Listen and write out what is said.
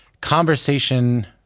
conversation